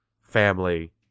family